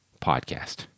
podcast